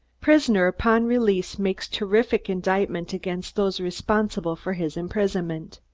prisoner upon release makes terrific indictment against those responsible for his imprisonment